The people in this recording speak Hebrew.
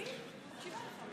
אני מקשיבה לך.